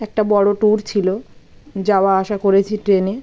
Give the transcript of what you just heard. একটা বড়ো ট্যুর ছিলো যাওয়া আসা করেছি ট্রেনে